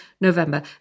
November